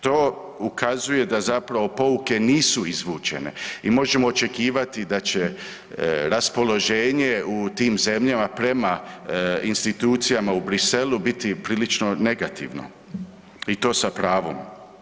To ukazuje da zapravo pouke nisu izvučene i možemo očekivati da će raspoloženje u tim zemljama prema institucijama u Bruxellesu biti prilično negativno i to sa pravom.